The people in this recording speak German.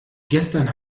gestern